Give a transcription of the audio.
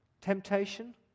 temptation